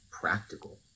practical